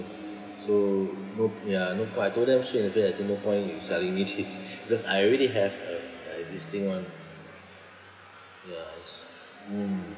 so nope ya no point I told them straight to the point actually no point you selling me this because I already have um an existing [one] ya it's mm